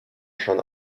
schon